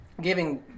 giving